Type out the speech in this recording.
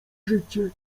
życie